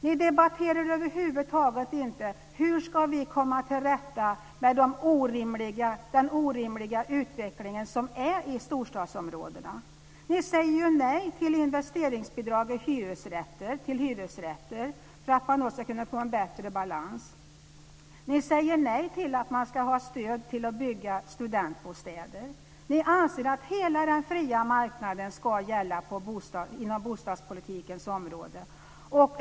Ni debatterar över huvud taget inte hur vi ska komma till rätta med den orimliga utveckling som sker i storstadsområdena. Ni säger nej till investeringsbidrag till hyresrätter för att man på så sätt ska kunna få en bättre balans. Ni säger nej till stöd för att bygga studentbostäder. Ni anser att hela den fria marknaden ska gälla inom bostadspolitikens område.